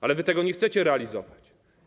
Ale wy tego nie chcecie realizować.